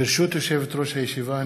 ברשות יושבת-ראש הישיבה,